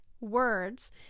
words